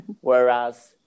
whereas